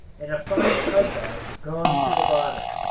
and a fine tug-boat gone to the bottom.